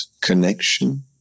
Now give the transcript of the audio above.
connection